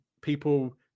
people